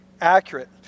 accurate